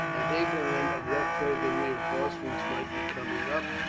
and ignorant of what further reinforcements might be coming up,